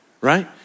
Right